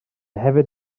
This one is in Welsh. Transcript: hefyd